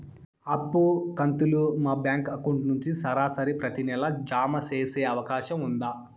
అప్పు కంతులు మా బ్యాంకు అకౌంట్ నుంచి సరాసరి ప్రతి నెల జామ సేసే అవకాశం ఉందా?